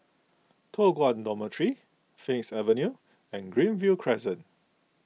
Toh Guan Dormitory Phoenix Avenue and Greenview Crescent